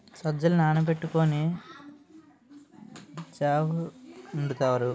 సజ్జలు నానబెట్టుకొని జా వొండుతారు